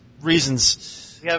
reasons